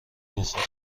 بخوری